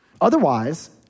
Otherwise